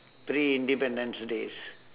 three independence days